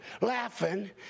laughing